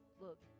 look